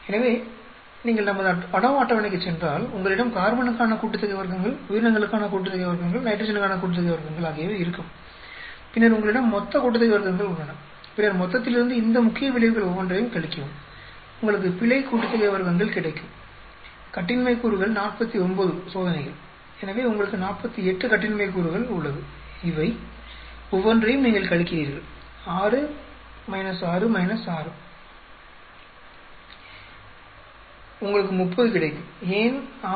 எனவே நீங்கள் நமது அநோவா அட்டவணைக்குச் சென்றால் உங்களிடம் கார்பனுக்கான கூட்டுத்தொகை வர்க்கங்கள் உயிரினங்களுக்கான கூட்டுத்தொகை வர்க்கங்கள்நைட்ரஜனுக்கான கூட்டுத்தொகை வர்க்கங்கள் ஆகியவை இருக்கும் பின்னர் உங்களிடம் மொத்த கூட்டுத்தொகை வர்க்கங்கள் உள்ளன பின்னர் மொத்தத்திலிருந்து இந்த முக்கிய விளைவுகள் ஒவ்வொன்றையும் கழிக்கவும் உங்களுக்கு பிழை கூட்டுத்தொகை வர்க்கங்கள் கிடைக்கும் கட்டின்மை கூறுகள் 49 சோதனைகள் எனவே உங்களுக்கு 48 கட்டின்மை கூறுகள் உள்ளது இவை ஒவ்வொன்றையும் நீங்கள் கழிக்கிறீர்கள் 6 6 6 உங்களுக்கு 30 கிடைக்கும் ஏன் 6